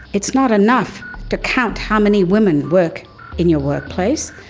it's not enough to count how many women work in your workplace,